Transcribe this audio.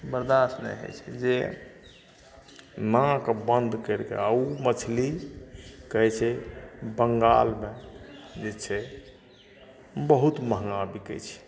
बरदास्त नै होइ छै जे नाक बन्द करिके आओर ओ मछली कहै छै बङ्गालमे जे छै बहुत महगा बिकै छै